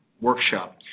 workshop